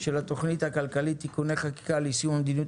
של תכנית הכלכלית (תיקוני חקיקה ליישום המדיניות